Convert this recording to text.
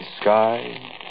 sky